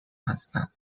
هستم